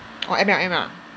orh M_L_M ah